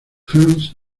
hans